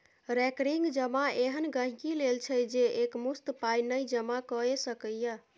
recurring जमा एहन गांहिकी लेल छै जे एकमुश्त पाइ नहि जमा कए सकैए